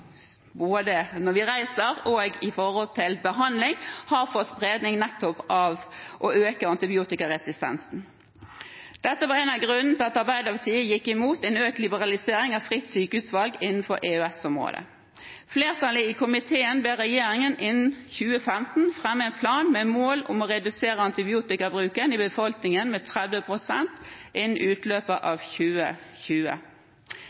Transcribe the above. både når vi reiser og i forhold til behandling, sett i lys av fare for spredning nettopp av antibiotikaresistensen. Dette var en av grunnene til at Arbeiderpartiet gikk imot en økt liberalisering av fritt sykehusvalg innenfor EØS-området. Flertallet i komiteen ber regjeringen innen 2015 fremme en plan med mål om å redusere antibiotikabruken i befolkningen med 30 pst. innen utløpet av 2020.